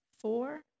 four